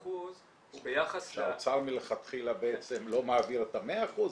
99% הוא ביחס -- האוצר מלכתחילה בעצם לא מעביר את המאה אחוז,